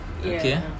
Okay